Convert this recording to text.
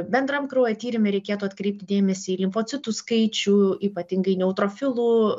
bendram kraujo tyrime reikėtų atkreipti dėmesį į limfocitų skaičių ypatingai neutrofilų